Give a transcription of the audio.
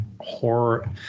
horror